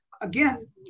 Again